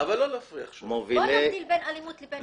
בוא נבדיל בין אלימות לבין ארגוני פשיעה.